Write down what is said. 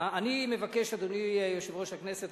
אדוני יושב-ראש הכנסת,